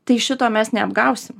tai šito mes neapgausim